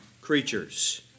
creatures